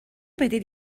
بدید